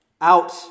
out